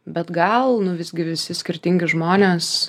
bet gal nu visgi visi skirtingi žmonės